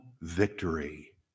victory